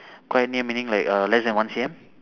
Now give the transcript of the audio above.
quite near meaning like uh less than one C_M